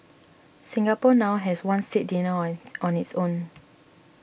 Singapore now has one state dinner on on its own